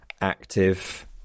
active